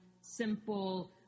simple